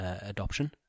adoption